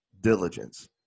Diligence